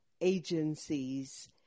agencies